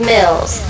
Mills